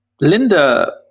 Linda